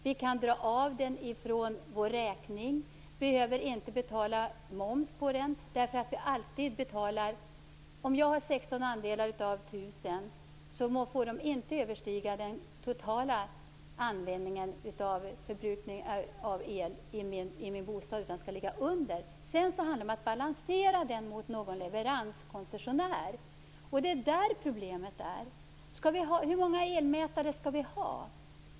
Vi kan dra av den från vår räkning och behöver inte betala moms på den. Om jag har 16 andelar av 1 000, får den totala förbrukningen av el i min bostad inte överstiga detta. Man måste balansera den mot någon leveranskoncessionär, och det är där som problemet ligger. Hur många elmätare skall vi ha?